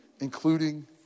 including